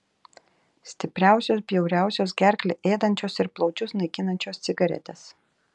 stipriausios bjauriausios gerklę ėdančios ir plaučius naikinančios cigaretės